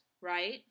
right